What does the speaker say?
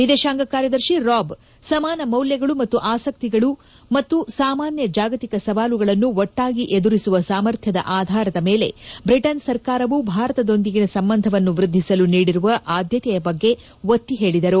ವಿದೇಶಾಂಗ ಕಾರ್ಯದರ್ಶಿ ರಾಬ್ ಸಮಾನ ಮೌಲ್ಯಗಳು ಮತ್ತು ಅಸಕಿಗಳು ಮತ್ತು ಸಾಮಾನ್ನ ಜಾಗತಿಕ ಸವಾಲುಗಳನ್ನು ಒಟ್ಟಾಗಿ ಎದುರಿಸುವ ಸಾಮರ್ಥ್ಯದ ಆಧಾರದ ಮೇಲೆ ಬ್ರಿಟನ್ ಸರ್ಕಾರವು ಭಾರತದೊಂದಿಗಿನ ಸಂಬಂಧವನ್ನು ವೃದ್ದಿಸಲು ನೀಡಿರುವ ಆದ್ಯತೆಯ ಬಗ್ಗೆ ಅವರು ಒತ್ತಿ ಹೇಳಿದರು